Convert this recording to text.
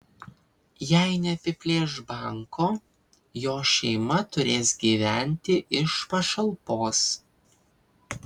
jei neapiplėš banko jo šeima turės gyventi iš pašalpos